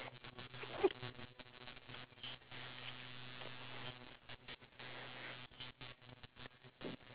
like for example in the healthcare industry or just because the government knows that singapore is an ageing population